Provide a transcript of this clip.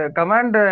command